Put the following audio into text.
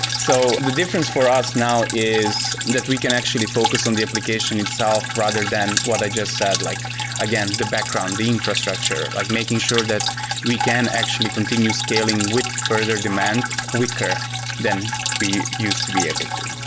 so the difference for us now is that we can actually focus on the application itself rather than what i just said. like again, the background, the infrastructure, like making sure that we can actually continue scaling with further demand quicker than we used to be able to.